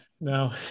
No